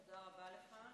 תודה רבה לך.